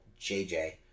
jj